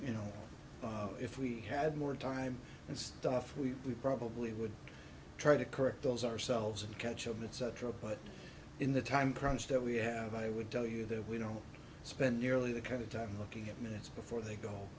you know if we had more time and stuff we probably would try to correct those ourselves and catch up with cetera but in the time crunch that we have i would tell you that we don't spend nearly the kind of time looking at minutes before they go